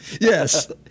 Yes